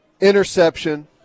interception